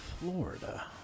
Florida